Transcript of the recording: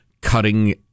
cutting